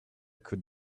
could